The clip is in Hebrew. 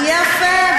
יפה,